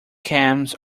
cans